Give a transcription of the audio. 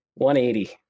180